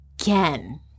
again